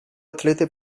atlete